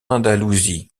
andalousie